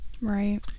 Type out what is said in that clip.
Right